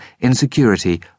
insecurity